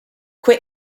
quit